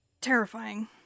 terrifying